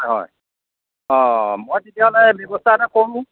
হয় অঁ মই তেতিয়াহ'লে ব্যৱস্থা এটা কৰোঁ